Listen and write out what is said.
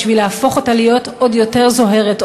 בשביל להפוך אותה להיות עוד יותרת זוהרת,